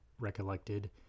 recollected